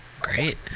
Great